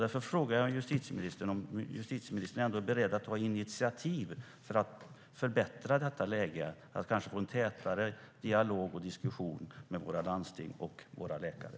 Därför frågar jag justitieministern om justitieministern är beredd att ta initiativ för att förbättra detta läge, för att kanske få en tätare dialog och diskussion med våra landsting och läkare.